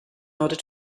order